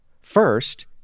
First